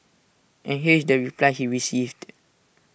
and here is the reply he received